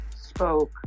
spoke